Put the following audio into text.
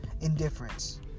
indifference